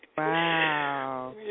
Wow